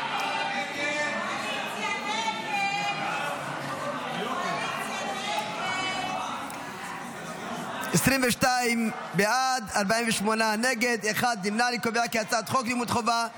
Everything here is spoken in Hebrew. להעביר לוועדה את הצעת חוק לימוד חובה (תיקון,